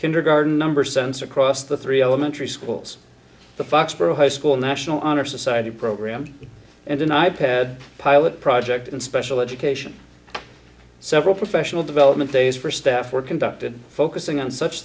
kindergarten number sense across the three elementary schools the foxboro high school national honor society program and an i pad pilot project in special education several professional development days for staff were conducted focusing on such